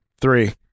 Three